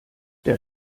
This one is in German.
der